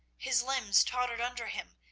his limbs tottered under him,